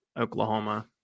Oklahoma